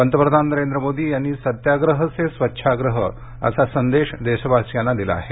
पंतप्रधान नरेंद्र मोदी यांनी सत्त्याग्रह से स्वच्छाग्रह असा संदेश देशवासियांना दिला आहे